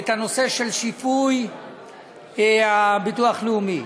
את הנושא של שיפוי הביטוח הלאומי.